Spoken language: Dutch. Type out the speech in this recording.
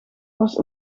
was